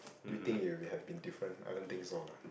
do you think it will be had been different I don't think so lah